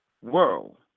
world